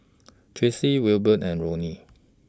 Tracie Wilbert and Lonnie